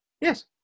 Yes